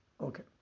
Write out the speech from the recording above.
Okay